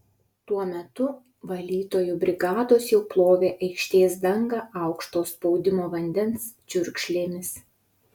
tuo metu valytojų brigados jau plovė aikštės dangą aukšto spaudimo vandens čiurkšlėmis